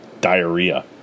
diarrhea